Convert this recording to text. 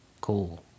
cool